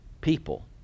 People